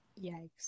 Yikes